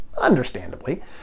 understandably